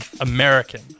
American